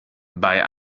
bei